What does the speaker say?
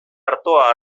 artoa